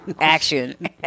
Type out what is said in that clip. Action